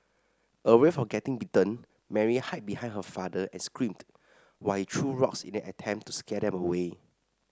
aware of getting bitten Mary hid behind her father and screamed while he threw rocks in an attempt to scare them away